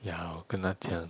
ya 我跟她讲